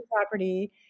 property